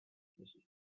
michigan